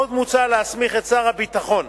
עוד מוצע להסמיך את שר הביטחון,